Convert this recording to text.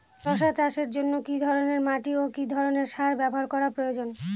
শশা চাষের জন্য কি ধরণের মাটি ও কি ধরণের সার ব্যাবহার করা প্রয়োজন?